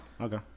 Okay